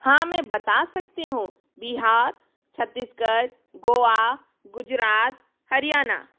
हाँ मैं बता सकती हूँ बिहार छत्तीसगढ़ गोवा गुजरात हरियाणा